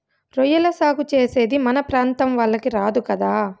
రొయ్యల సాగు చేసేది మన ప్రాంతం వాళ్లకి రాదు కదా